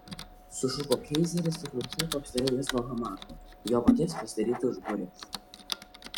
sušuko keizeris ir nušoko apsirengęs nuo hamako jo paties pasidaryto iš burės